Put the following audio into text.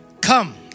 come